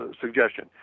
suggestion